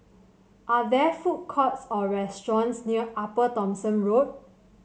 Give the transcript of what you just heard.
are there food courts or restaurants near Upper Thomson Road